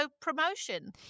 promotion